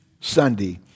Sunday